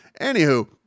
Anywho